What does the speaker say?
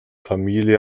familie